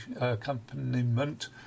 accompaniment